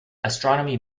astronomy